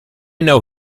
know